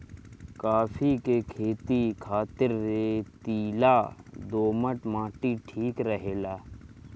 काफी के खेती खातिर रेतीला दोमट माटी ठीक रहेला